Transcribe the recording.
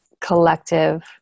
collective